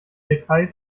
details